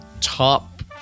top